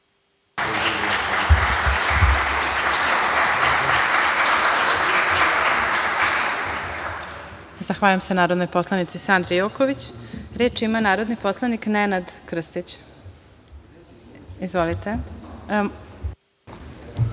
Zahvaljujem se narodnoj poslanici Sandri Joković. Reč ima narodni poslanik Nenad Krstić. Izvolite.